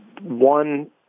One